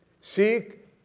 Seek